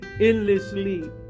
endlessly